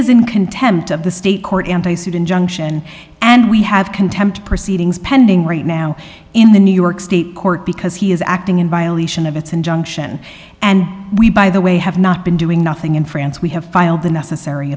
in contempt of the state court and they sued injunction and we have contempt proceedings pending right now in the new york state court because he is acting in violation of its injunction and we by the way have not been doing nothing in france we have filed the necessary